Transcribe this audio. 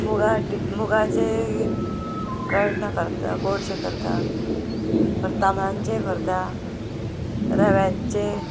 मुगाटी मुगाचें कण्ण करता गोडशें करता परता तांदळाचें करता रव्याचें